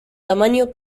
tamaño